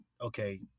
okay